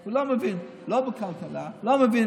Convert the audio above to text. הוא לא מבין בכלכלה, לא מבין